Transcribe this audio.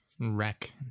Wreck